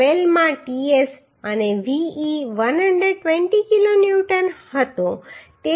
12 માં ts અને Ve 120 kilo newton હતો